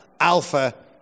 Alpha